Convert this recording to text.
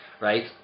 right